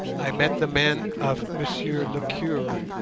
i met the men of monsieur le cure.